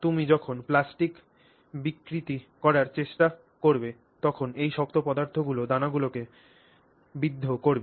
তুমি যখন প্লাস্টিক বিকৃতি করার চেষ্টা করবে তখন এই শক্ত পদার্থগুলি দানাগুলিকে বিদ্ধ করবে